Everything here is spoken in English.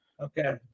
Okay